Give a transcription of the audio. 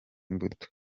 mbuto